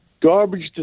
garbage